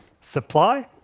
supply